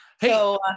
Hey